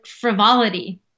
frivolity